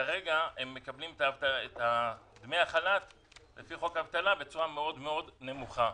וכרגע הם מקבלים את דמי החל"ת לפי חוק האבטלה ברמה מאוד מאוד נמוכה.